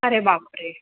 अरे बाप रे